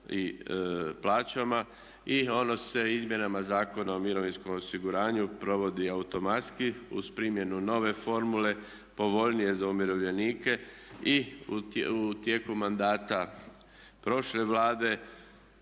i plaćama i ono se izmjenama Zakona o mirovinskome osiguranju provodi automatski uz primjenu nove formule povoljnije za umirovljenike. I u tijeku mandata prošle Vlade